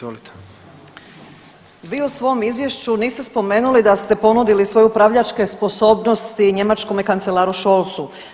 Vi u svom izvješću niste spomenuli da ste ponudili svoje upravljačke sposobnosti njemačkome kancelaru Scholzu.